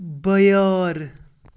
بیٲر